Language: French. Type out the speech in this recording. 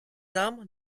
arbres